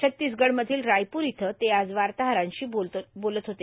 छत्तीसगढमधल्या रायपूर इथं ते आज वाताहरांशी बोलत होते